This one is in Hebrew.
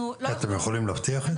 אתם יכולים להבטיח את זה?